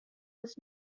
was